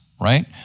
right